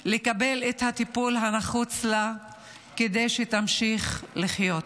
תקבל את הטיפול הנחוץ לה כדי שתמשיך לחיות.